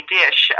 dish